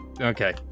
Okay